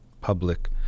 public